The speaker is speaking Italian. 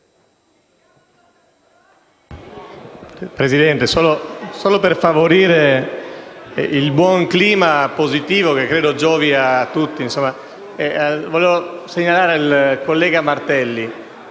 Presidente, solo per favorire il clima positivo che credo giovi a tutti, vorrei segnalare al collega Martelli